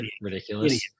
ridiculous